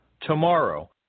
Tomorrow